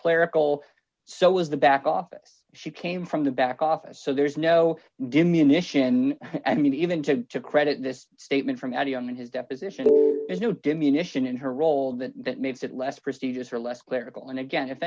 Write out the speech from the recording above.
clerical so it was the back office she came from the back office so there is no diminish in i mean even to to credit this statement from adam in his deposition there's no diminishing in her role that that makes it less prestigious or less clerical and again if